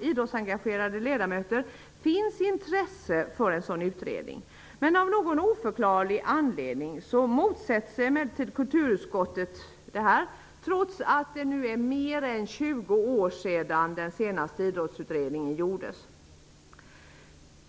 idrottsengagerade ledamöter finns intresse för en sådan utredning. Av någon oförklarlig anledning motsätter sig emellertid kulturutskottet detta, trots att det är mer än 20 år sedan den senaste idrottsutredningen gjordes.